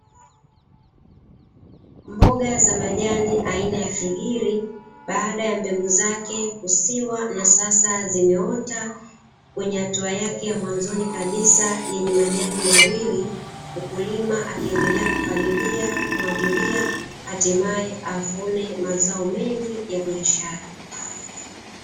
Mboga za majani aina ya figiri baada ya mbegu zake kusiwa na sasa zimeota kwenye hatua yake ya mwanzoni kabisa yenye majani mawili, mkulima akiendelea kupalilia, kumwagilia hatimaye avune mazao mengi ya biashara.